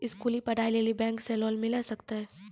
स्कूली पढ़ाई लेली बैंक से लोन मिले सकते?